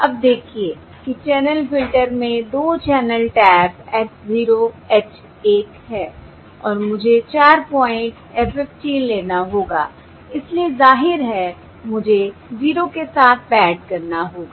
अब देखिए कि चैनल फ़िल्टर में 2 चैनल टैप्स h 0 h 1 है और मुझे 4 पॉइंट FFT लेना होगा इसलिए जाहिर है मुझे जीरो के साथ पैड करना होगा